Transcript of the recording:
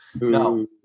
No